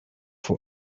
for